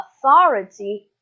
authority